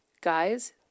Guys